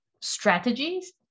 strategies